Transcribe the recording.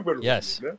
Yes